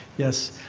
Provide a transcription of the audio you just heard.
yes.